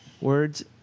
words